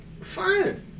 fine